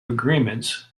agreements